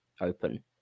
open